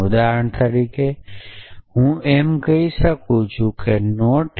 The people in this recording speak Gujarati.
ઉદાહરણ તરીકે હું એમ કહી શકું છું કે a અથવા